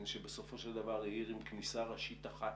מפני שבסופו של דבר היא עיר עם כניסה ראשית אחת,